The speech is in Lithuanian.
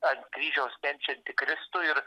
ant kryžiaus kenčiantį kristų ir